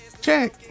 check